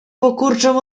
pokurczą